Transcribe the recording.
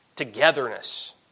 togetherness